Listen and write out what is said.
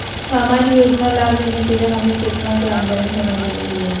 सामान्य योजना लाभ लेने के लिए हमें कितना के आमदनी होना जरूरी है?